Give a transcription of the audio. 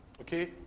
Okay